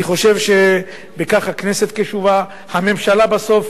אני חושב שבכך הכנסת קשובה, והממשלה בסוף